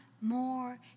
more